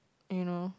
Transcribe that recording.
you know